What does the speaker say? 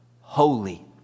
Holy